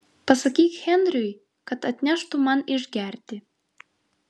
pasakyk henriui kad atneštų man išgerti